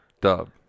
dub